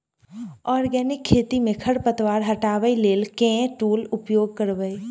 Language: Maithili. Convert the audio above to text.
आर्गेनिक खेती मे खरपतवार हटाबै लेल केँ टूल उपयोग करबै?